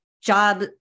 job